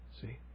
see